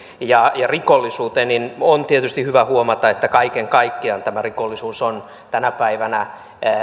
ja rikollisuuteen niin on tietysti hyvä huomata että kaiken kaikkiaan rikollisuus on tänä päivänä